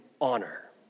honor